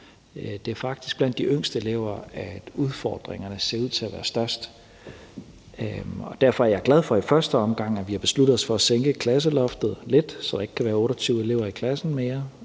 Det er faktisk blandt de yngste elever, at udfordringerne ser ud til at være størst. Derfor er jeg glad for, at vi i første omgang har besluttet os for at sænke klasseloftet lidt, så der ikke kan være 28 elever i klassen mere,